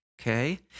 Okay